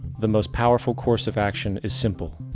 the most powerful course of action is simple.